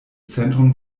zentrum